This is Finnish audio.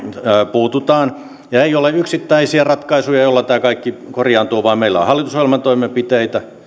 puututaan ja ja ei ole yksittäisiä ratkaisuja joilla tämä kaikki korjaantuu vaan meillä on hallitusohjelman toimenpiteitä